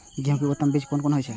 गेंहू के उत्तम बीज कोन होय छे?